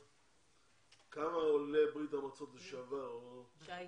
כמה עולי ברית המועצות לשעבר רוצים